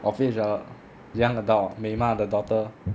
of age ah young adult 美吗 the daughter